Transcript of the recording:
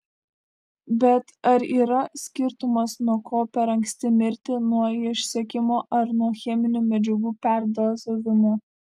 bet ar yra skirtumas nuo ko per anksti mirti nuo išsekimo ar nuo cheminių medžiagų perdozavimo